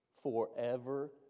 forever